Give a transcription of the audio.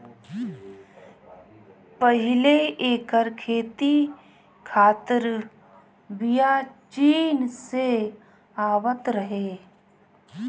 पहिले एकर खेती खातिर बिया चीन से आवत रहे